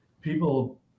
people